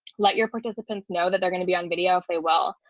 let your participants know that they're going to be on video if they well,